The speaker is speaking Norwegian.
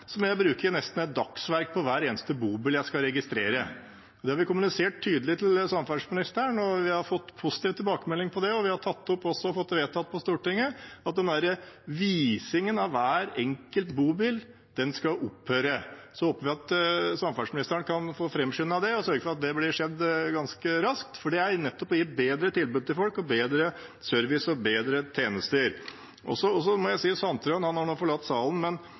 må han bruke nesten et dagsverk på hver eneste bobil han skal registrere. Det har vi kommunisert tydelig til samferdselsministeren, og vi har fått positiv tilbakemelding på det. Vi har også tatt opp og fått vedtatt på Stortinget at visingen av hver enkelt bobil skal opphøre. Jeg håper at samferdselsministeren kan få framskyndet det ganske raskt, for det er nettopp å gi bedre tilbud, bedre service og bedre tjenester til folk. Representanten Sandtrøen har nå forlatt salen, men